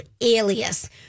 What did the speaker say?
Alias